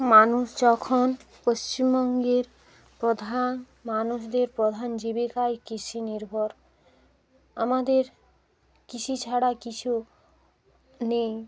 মানুষ যখন পশ্চিমবঙ্গের প্রধান মানুষদের প্রধান জীবিকাই কৃষি নির্ভর আমাদের কৃষি ছাড়া কিছু নেই